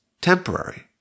temporary